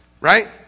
Right